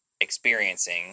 experiencing